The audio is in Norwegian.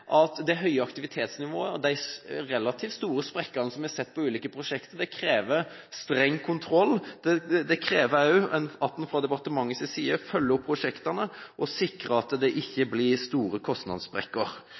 de relativt store kostnadssprekkene vi har sett i ulike prosjekter, krever streng kontroll. Det krever også at en fra departementets side følger opp prosjektene og sikrer at det